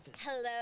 Hello